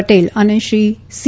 પટેલ અને શ્રી સી